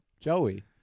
joey